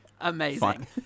Amazing